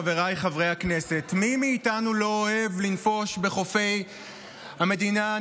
של חבר הכנסת יוראי להב